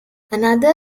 another